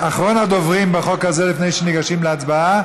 פעמיים,